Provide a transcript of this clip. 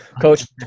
Coach